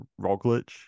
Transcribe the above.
Roglic